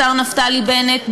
השר נפתלי בנט,